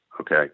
Okay